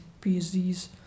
PhDs